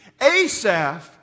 Asaph